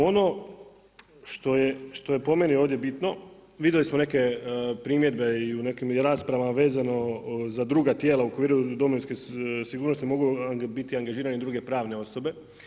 Ono što je po meni ovdje bitno, vidjeli smo neke primjedbe i u nekim je raspravama vezano za druga tijela u okviru domovinske sigurnosti mogu biti angažirane i druge pravne osobe.